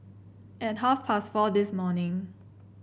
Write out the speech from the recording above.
at half past four this morning